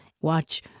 watch